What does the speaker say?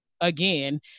again